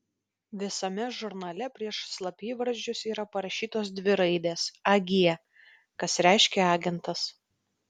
visame žurnale prieš slapyvardžius yra parašytos dvi raidės ag kas reiškia agentas